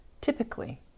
typically